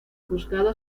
juzgado